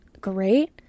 great